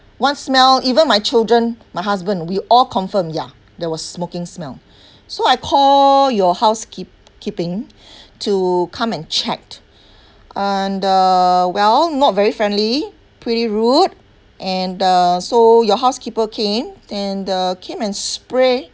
once smell even my children my husband we all confirm ya there was smoking smell so I call your housekeep keeping to come and checked and uh well not very friendly pretty rude and uh so your housekeeper came and uh came and spray